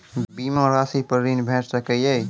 बीमा रासि पर ॠण भेट सकै ये?